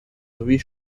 sowie